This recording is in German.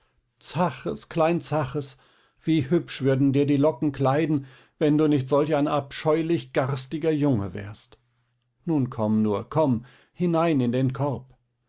zaches klein zaches wie hübsch würden dir die locken kleiden wenn du nicht solch ein abscheulich garstiger junge wärst nun komm nur komm hinein in den korb